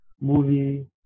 movie